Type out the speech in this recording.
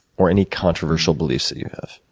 or, any controversial beliefs that you have?